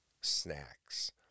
snacks